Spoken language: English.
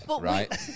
right